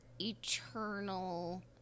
eternal